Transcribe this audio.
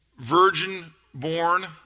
virgin-born